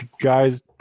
Guys